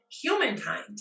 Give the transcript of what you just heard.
humankind